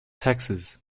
taxes